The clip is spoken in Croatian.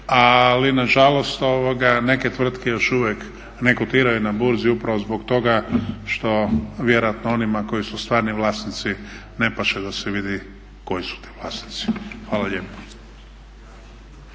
Ali nažalost neke tvrtke još uvijek ne kotiraju na burzi upravo zbog toga što vjerojatno onima koji su stvarni vlasnici ne paše da se vidi koji su ti vlasnici. Hvala lijepo.